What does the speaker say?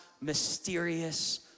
mysterious